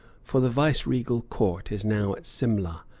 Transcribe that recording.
for the viceregal court is now at simla,